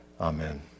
Amen